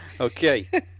Okay